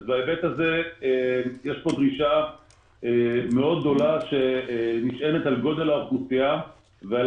בהיבט הזה יש פה דרישה מאוד גדולה שנשענת על גודל האוכלוסייה ועל